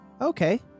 Okay